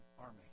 army